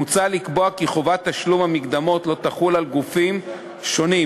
מוצע לקבוע כי חובת תשלום המקדמות לא תחול על גופים שונים,